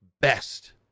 best